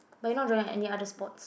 but you not doing any other sports